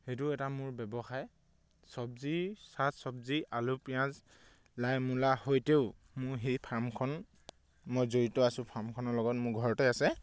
সেইটো এটা মোৰ ব্যৱসায় চব্জি শাক চব্জি আলু পিঁয়াজ লাই মূলা সৈতেও মোৰ সেই ফাৰ্মখন মই জড়িত আছোঁ ফাৰ্মখনৰ লগত মোৰ ঘৰতে আছে